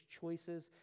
choices